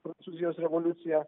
prancūzijos revoliuciją